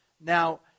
Now